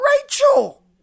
Rachel